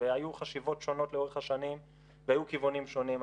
והיו חשיבות שונות לאורך השנים והיו כיוונים שונים.